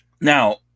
Now